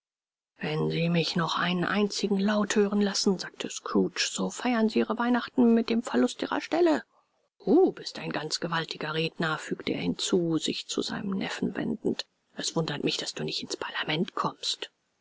wenn sie mich noch einen einzigen laut hören lassen sagte scrooge so feiern sie ihre weihnachten mit dem verlust ihrer stelle du bist ein ganz gewaltiger redner fügte er hinzu sich zu seinem neffen wendend es wundert mich daß du nicht ins parlament kommst